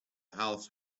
house